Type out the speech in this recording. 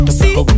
see